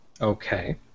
Okay